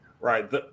Right